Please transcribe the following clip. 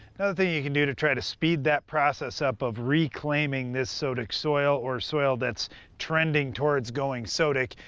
another thing you can do to try to speed that process up of reclaiming this sodic soil, or soil that's trending towards going sodic,